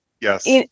Yes